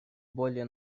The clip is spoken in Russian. более